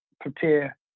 prepare